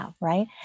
Right